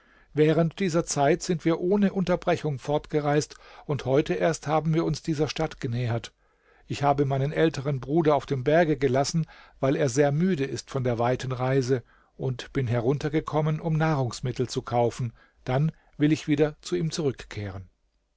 während dieser zeit sind wir ohne unterbrechung fortgereist und heute erst haben wir uns dieser stadt genähert ich habe meinen älteren bruder auf dem berge gelassen weil er sehr müde ist von der weiten reise und bin herunter gekommen um nahrungsmittel zu kaufen dann will ich wieder zu ihm zurückkehren